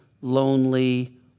lonely